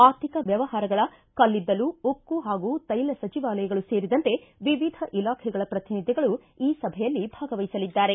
ಆರ್ಥಿಕ ವ್ಯವಹಾರಗಳ ಕಲ್ಲಿದ್ದಲು ಉಕ್ಕು ಹಾಗೂ ತೈಲ ಸಚಿವಾಲಯಗಳು ಸೇರಿದಂತೆ ವಿವಿಧ ಇಲಾಖೆಗಳ ಪ್ರತಿನಿಧಿಗಳುಈ ಸಭೆಯಲ್ಲಿ ಭಾಗವಹಿಸಲಿದ್ದಾರೆ